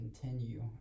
continue